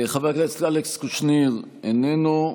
חבר הכנסת אלכס קושניר, איננו.